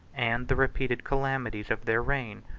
and the repeated calamities of their reign,